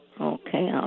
Okay